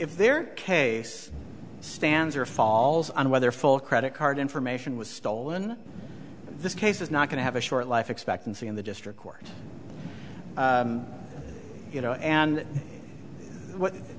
if their case stands or falls on whether full credit card information was stolen this case is not going to have a short life expectancy in the district court you know and